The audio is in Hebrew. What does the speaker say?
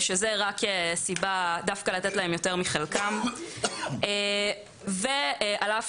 זו רק סיבה לתת להם דווקא יותר מחלקם על אף